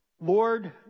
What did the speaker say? Lord